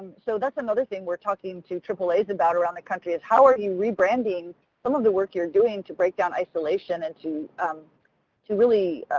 so that's another thing we're talking to aaas about around the country is how are you rebranding some of the work you're doing to break down isolation and to um to really